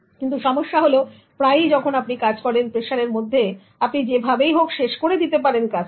কিন্তু সমস্যা হল প্রায়ই যখন আপনি কাজ করেন প্রেশারের মধ্যে আপনি যেভাবেই হোক শেষ করে দিতে পারেন কাজটা